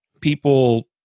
people